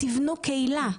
תיבנו קהילה.